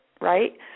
right